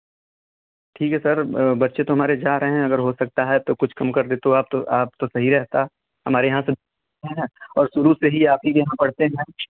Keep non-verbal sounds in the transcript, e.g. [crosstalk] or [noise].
ठीक हे सर बच्चे तो हमारे चाह रहे हें अगर हो सकता हे तो कुछ कम कर दें तो आप तो आप तो सही रेहता हमारे यहाँ से [unintelligible] है और शुरू से ही आप ही के यहाँ पढ़ते हैं